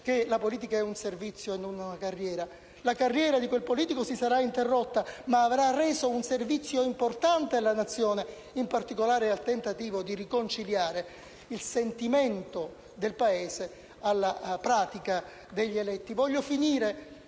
che la politica è un servizio e non una carriera? La carriera di quel politico si sarà interrotta, ma avrà reso un servizio importante alla Nazione e, in particolare, al tentativo di riconciliare il sentimento del Paese alla pratica degli eletti.